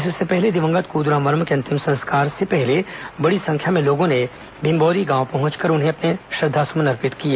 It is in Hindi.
इससे पहले दिवंगत कोद्राम वर्मा के अंतिम संस्कार से पहले बड़ी संख्या में लोगों ने भिंभौरी पहुंचकर उन्हें अपने श्रद्दासुमन अर्पित किए